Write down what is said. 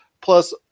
Plus